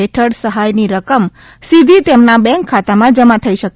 હેઠળ સહાય ની રકમ સીધી તેમના બઁક ખાતા માંજમા થઈ શકે